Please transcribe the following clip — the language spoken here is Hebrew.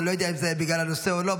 אני לא יודע אם זה בגלל הנושא או לא,